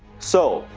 so,